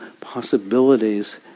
possibilities